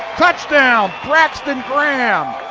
touchdown, braxton graham.